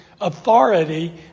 authority